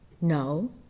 No